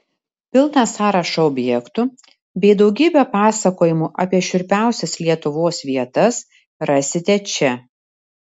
pilną sąrašą objektų bei daugybę pasakojimų apie šiurpiausias lietuvos vietas rasite čia